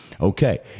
Okay